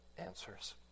answers